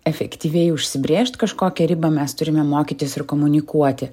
efektyviai užsibrėžt kažkokią ribą mes turime mokytis ir komunikuoti